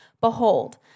Behold